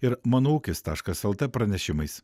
ir mano ūkis taškas lt pranešimais